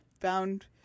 found